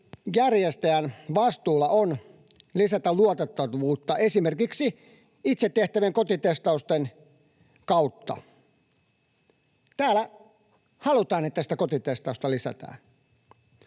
järjestäjän vastuulla on lisätä luotettavuutta esimerkiksi itse tehtävien kotitestausten kautta. Täällä halutaan, että sitä kotitestausta lisätään.